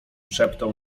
szeptał